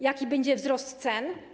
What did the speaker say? Jaki będzie wzrost cen?